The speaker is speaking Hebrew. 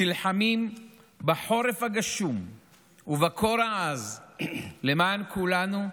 נלחמים בחורף הגשום ובקור העז למען כולנו,